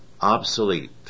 obsolete